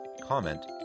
comment